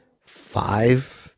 five